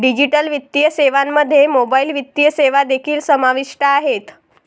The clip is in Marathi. डिजिटल वित्तीय सेवांमध्ये मोबाइल वित्तीय सेवा देखील समाविष्ट आहेत